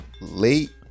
Late